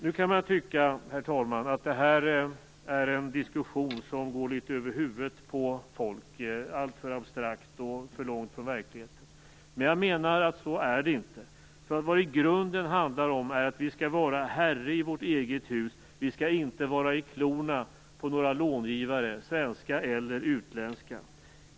Man kan tycka, herr talman, att det här är en diskussion som går över huvudet på folk, är alltför abstrakt och för långt från verkligheten. Jag menar att det inte är så. Vad det i grunden handlar om är att vi skall vara herre i vårt eget hus, inte skall vara i klorna på några långivare, svenska eller utländska.